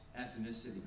ethnicity